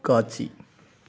காட்சி